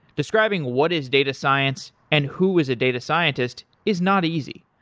describing what is data science and who was a data scientist is not easy.